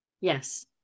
Yes